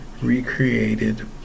recreated